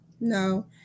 no